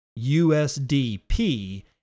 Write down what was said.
USDP